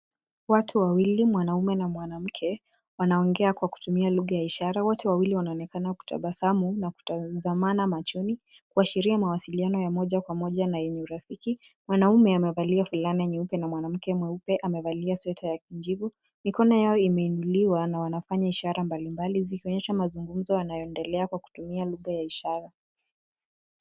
Watu wawili mwanaume na mwanamke wanaongea kwa kutumia lugha ya ishara. Wote wawili wanaonekana kutabasamu na kutazamana machoni kuashiria mawasiliano ya moja kwa moja na yenye urafiki. Mwanaume amevalia fulana nyeupe na mwanamke mweupe amevalia sweta ya kijivu. Mikono yao imeinuliwa na wanafanya ishara mbali mbali zikionyesha mazungumzo yanayoendelea kwa kutumia lugha ya ishara.